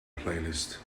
playlist